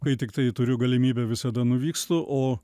kai tiktai turiu galimybę visada nuvykstu o